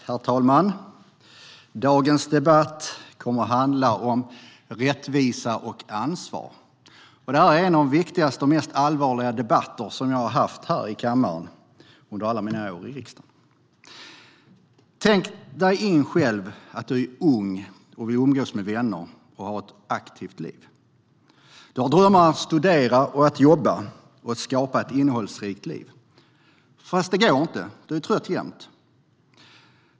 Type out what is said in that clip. Herr talman! Dagens debatt kommer att handla om rättvisa och ansvar. Det här är en av de viktigaste och mest allvarliga debatter som jag har haft här i kammaren under alla mina år i riksdagen. Tänk dig själv att du är ung och vill umgås med vänner och ha ett aktivt liv! Du har drömmar om att studera, jobba och skapa ett innehållsrikt liv. Fast det går inte. Du är trött jämt.